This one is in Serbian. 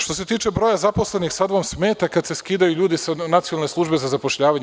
Što se tiče broja zaposlenih, sada vam smeta kada se skidaju ljudi sa Nacionalne službe za zapošljavanje.